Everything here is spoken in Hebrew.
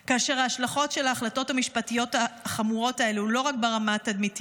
כאשר ההשלכות של ההחלטות המשפטיות החמורות האלה הן לא רק ברמה התדמיתית.